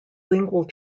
lingual